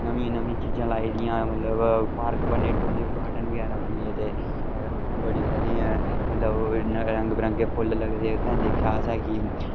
नमियां नमियां चीजां लादियां मतलव पार्क बने टूलिप गार्डन बगैरा बने ते उत्थें बड़ी सारियां मतलव रंग बरंगे फुल्ल लगदे उत्थें दिक्खे असें की